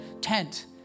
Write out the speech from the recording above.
tent